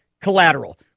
collateral